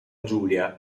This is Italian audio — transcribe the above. giulia